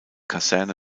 kaserne